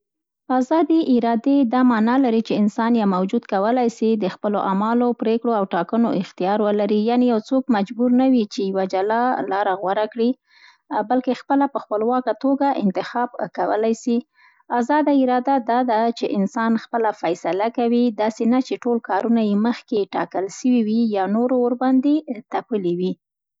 ازادې ارادې دا مانا لري چي انسان یا موجود کولای سي د خپلو اعمالو، پرېکړو او ټاکنو اختیار ولري، یعنې څوک مجبور نه وي، چي یوه جلا لاره غوره کړي، بلکې خپله په خپلواکه توګه انتخاب کولی سي. آزاده اراده دا ده، چي انسان خپله فیصله کوي، داسې نه، چي ټول کارونه یې مخکې ټاکل سوي وي یا نورو ورباندې تپلې وي.